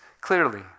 clearly